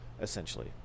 Essentially